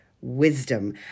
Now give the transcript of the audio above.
wisdom